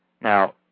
Now